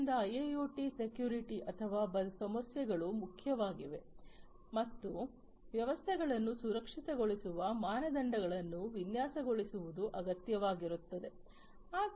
ಆದ್ದರಿಂದ ಐಐಒಟಿ ಸೆಕ್ಯೂರಿಟಿಗಳಿಗಾಗಿ ಭದ್ರತಾ ಸಮಸ್ಯೆಗಳು ಮುಖ್ಯವಾಗಿವೆ ಮತ್ತು ವ್ಯವಸ್ಥೆಗಳನ್ನು ಸುರಕ್ಷಿತಗೊಳಿಸುವ ಮಾನದಂಡಗಳನ್ನು ವಿನ್ಯಾಸಗೊಳಿಸುವುದು ಅಗತ್ಯವಾಗಿರುತ್ತದೆ